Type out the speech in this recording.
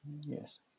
Yes